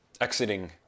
exiting